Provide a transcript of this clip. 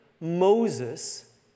Moses